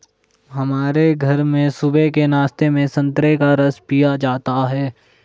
हमारे घर में सुबह के नाश्ते में संतरे का रस पिया जाता है